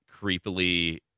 creepily